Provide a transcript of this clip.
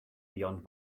beyond